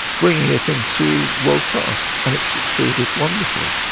bringing it into world class. and it succeeded wonderfully.